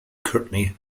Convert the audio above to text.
courtney